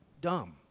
dumb